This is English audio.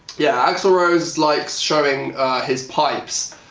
yeah axl rose likes showing his pipes.